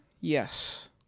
Yes